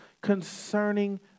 concerning